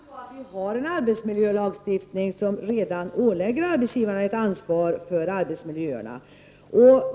Herr talman! Vi har faktiskt redan en arbetsmiljölagstiftning som ålägger arbetsgivarna ett ansvar för arbetsmiljön.